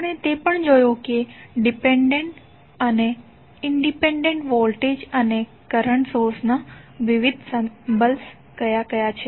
આપણે તે પણ જોયું કે ડિપેન્ડેન્ટ અને ઇંડિપેંડેન્ટ વોલ્ટેજ અને કરંટ સોર્સ ના વિવિધ સિમ્બલ્સ ક્યાં ક્યાં છે